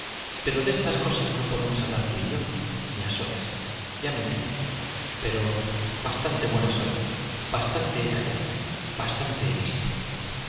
pero de estas cosas no podemos hablar tú y yo ni a solas ya me entiendes pero bastante buena soy bastante he callado bastante he visto